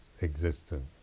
existence